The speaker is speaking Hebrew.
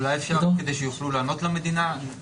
אולי אפשר כדי שיוכלו לענות למדינה.